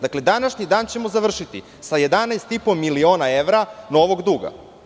Današnji dan ćemo završiti sa 11,5 miliona evra novog duga.